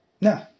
No